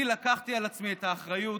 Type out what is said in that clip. אני לקחתי על עצמי את האחריות